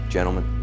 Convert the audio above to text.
Gentlemen